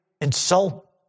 insult